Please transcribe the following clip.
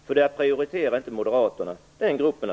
Moderaterna prioriterar inte den gruppen.